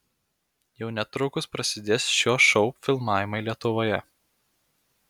jau netrukus prasidės šio šou filmavimai lietuvoje